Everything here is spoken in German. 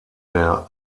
der